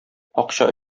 акча